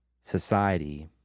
society